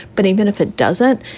but even if it doesn't,